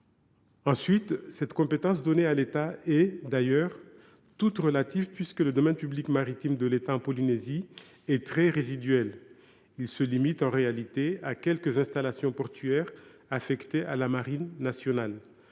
Enfin, cette compétence donnée à l’État est toute relative, puisque le domaine public maritime de l’État en Polynésie est très résiduel. Il se limite, en réalité, à quelques installations portuaires affectées à la marine nationale.